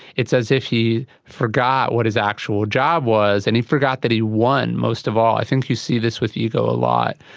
it's as if he forgot what his actual job was and he forgot that he won most of all. i think you see this with ego a lot.